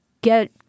get